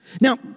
Now